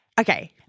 Okay